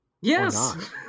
Yes